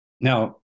now